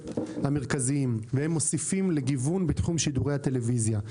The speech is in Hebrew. המרכזיים והם מוסיפים לגיוון בתחום שידורי הטלוויזיה.